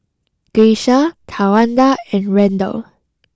Grecia Tawanda and Randal